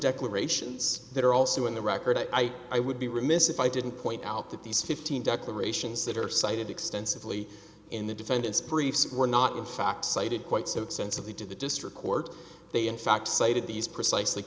declarations that are also in the record i i would be remiss if i didn't point out that these fifteen declarations that are cited extensively in the defendant's briefs were not in fact cited quite so extensively to the district court they in fact cited these precisely